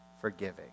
forgiving